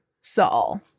Saul